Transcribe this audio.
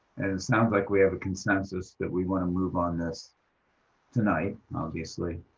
and it's not like we have a consensus that we want to move on this tonight obviously.